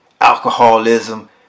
alcoholism